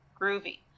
Groovy